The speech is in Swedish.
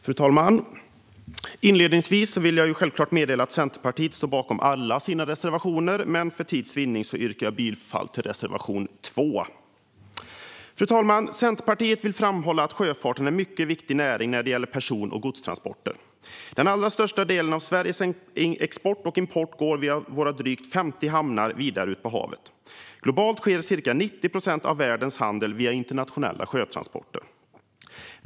Fru talman! Inledningsvis vill jag meddela att Centerpartiet självklart står bakom alla sina reservationer. För tids vinnande yrkar jag dock bifall enbart till reservation 2. Centerpartiet vill framhålla att sjöfarten är en mycket viktig näring när det gäller person och godstransporter. Den allra största delen av Sveriges export och import går via våra drygt 50 hamnar och vidare ut på havet. Globalt sker ca 90 procent av världens handel via internationella sjötransporter.